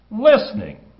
listening